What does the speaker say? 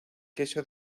queso